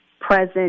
present